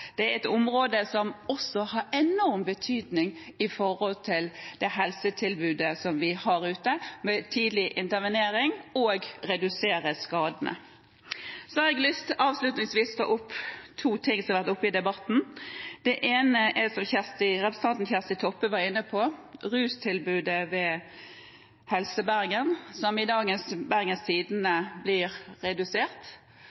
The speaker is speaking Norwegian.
det er et område med enorm betydning når det gjelder helsetilbudet vi har ute, med tidlig intervenering og å redusere skadene. Avslutningsvis har jeg lyst til å ta opp to ting som har vært oppe i debatten. Det ene er, som representanten Kjersti Toppe var inne på, rustilbudet ved Helse Bergen, som ifølge dagens Bergens Tidende blir redusert.